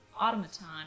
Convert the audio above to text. automaton